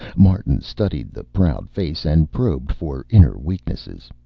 martin studied the proud face and probed for inner weaknesses.